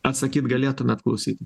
atsakyt galėtumėt klausytojui